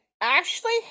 Ashley